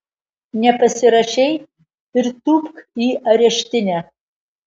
nepasirašei ir tūpk į areštinę